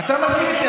אתה מסכים איתי?